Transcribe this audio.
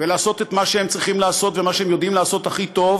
ולעשות את מה שהם צריכים לעשות ואת מה שהם יודעים לעשות הכי טוב,